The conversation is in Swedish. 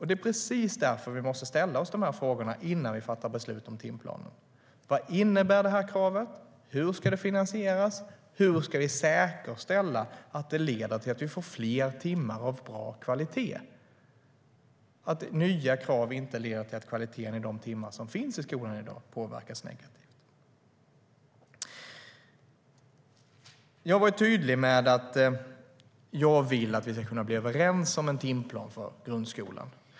Det är precis därför vi måste ställa oss de här frågorna innan vi fattar beslut om timplanen. Vad innebär kravet? Hur ska det finansieras? Hur ska vi säkerställa att det leder till att vi får fler timmar av bra kvalitet, att nya krav inte leder till att kvaliteten i de timmar som finns i skolan i dag påverkas negativt? Jag har varit tydlig med att jag vill att vi ska kunna bli överens om en timplan för grundskolan.